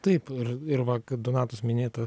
taip ir ir va donatos minėta